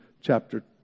chapter